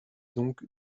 donc